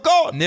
God